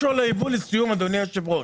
לסיום, משהו על הייבוא, אדוני היושב-ראש.